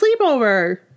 sleepover